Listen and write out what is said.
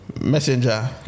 messenger